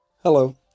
Hello